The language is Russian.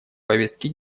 повестке